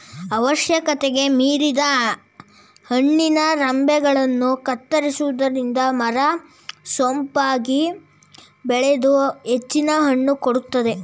ಅವಶ್ಯಕತೆಗೆ ಮೀರಿದ ಹಣ್ಣಿನ ರಂಬೆಗಳನ್ನು ಕತ್ತರಿಸುವುದರಿಂದ ಮರ ಸೊಂಪಾಗಿ ಬೆಳೆದು ಹೆಚ್ಚಿನ ಹಣ್ಣು ಕೊಡುತ್ತದೆ